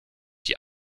die